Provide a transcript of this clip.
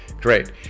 great